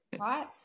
Right